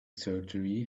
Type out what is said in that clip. surgery